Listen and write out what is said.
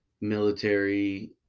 Military